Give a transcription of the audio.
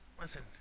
listen